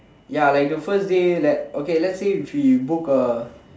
ya like the first day like okay let's say if we book a